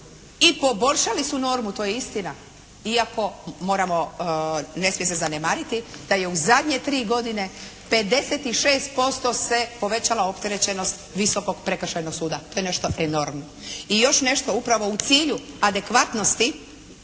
i poboljšali su normu, to je istina iako moramo ne smije se zanemariti da je u zadnje tri godine 56% se povećala opterećenost Visokog prekršajnog suda. To je nešto enormno. I još nešto, upravo u cilju adekvatnosti